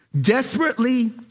Desperately